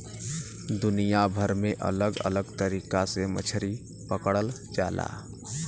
दुनिया भर में अलग अलग तरीका से मछरी पकड़ल जाला